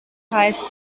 heißt